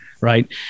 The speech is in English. right